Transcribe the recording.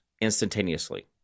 instantaneously